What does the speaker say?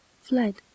fled